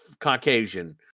Caucasian